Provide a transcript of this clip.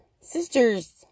Sisters